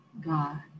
God